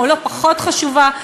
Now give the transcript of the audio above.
או לא פחות חשובה.